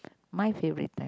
my favourite time